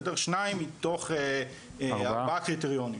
שניים מתוך ארבעה קריטריונים